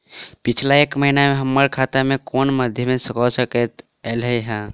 पिछला एक महीना मे हम्मर खाता मे कुन मध्यमे सऽ कत्तेक पाई ऐलई ह?